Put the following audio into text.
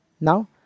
Now